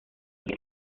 que